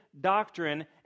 doctrine